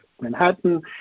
Manhattan